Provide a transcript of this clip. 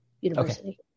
University